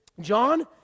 John